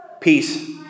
Peace